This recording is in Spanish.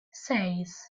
seis